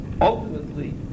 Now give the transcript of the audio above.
ultimately